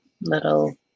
little